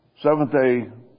Seventh-day